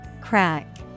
Crack